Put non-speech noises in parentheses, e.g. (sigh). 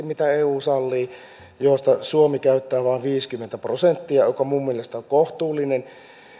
(unintelligible) mitä eu sallii josta suomi käyttää vain viisikymmentä prosenttia joka minun mielestäni on kohtuullinen